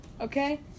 okay